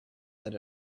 that